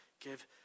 give